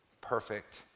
perfect